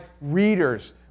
readers